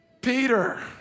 Peter